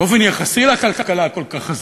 באופן יחסי לכלכלה הכל-כך חזקה.